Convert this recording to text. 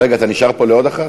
רגע, אתה בא לעוד אחת?